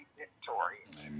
victorious